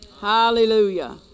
Hallelujah